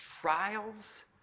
Trials